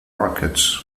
rockets